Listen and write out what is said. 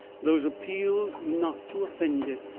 those appeals not to offend it,